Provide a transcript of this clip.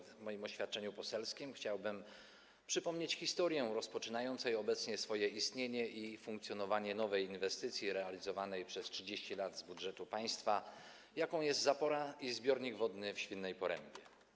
W moim oświadczeniu poselskim chciałbym przypomnieć historię rozpoczynającej obecnie swoje istnienie i funkcjonowanie nowej inwestycji realizowanej przez 30 lat z budżetu państwa, jaką jest zapora i zbiornik wodny w Świnnej Porębie.